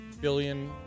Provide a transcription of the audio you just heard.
billion